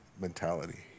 mentality